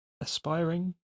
aspiring